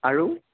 আৰু